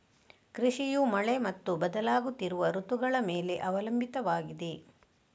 ಕೃಷಿಯು ಮಳೆ ಮತ್ತು ಬದಲಾಗುತ್ತಿರುವ ಋತುಗಳ ಮೇಲೆ ಅವಲಂಬಿತವಾಗಿದೆ